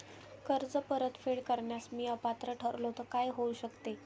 कर्ज परतफेड करण्यास मी अपात्र ठरलो तर काय होऊ शकते?